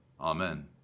Amen